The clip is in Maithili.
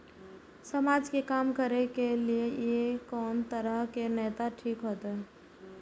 समाज के काम करें के ली ये कोन तरह के नेता ठीक होते?